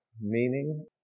meaning